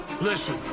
Listen